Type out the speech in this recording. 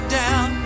down